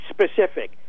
specific